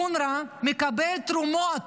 אונר"א מקבל תרומות,